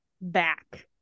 back